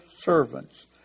servants